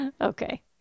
Okay